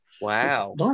Wow